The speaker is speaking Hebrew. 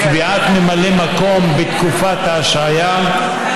קביעת ממלא מקום בתקופת ההשעיה,